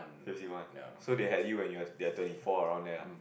fifty one so they had you when you are they are twenty four around there